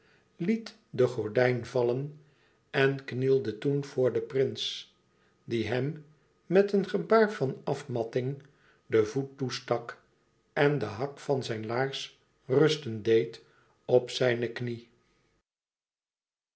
liet den gordijn vallen en knielde toen voor den prins die hem met een gebaar van afmatting den voet toestak en de hak van zijn laars rusten deed op zijne knie